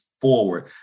forward